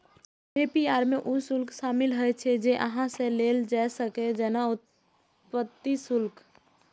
APR मे ऊ शुल्क शामिल होइ छै, जे अहां सं लेल जा सकैए, जेना उत्पत्ति शुल्क